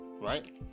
right